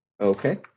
okay